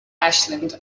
ashland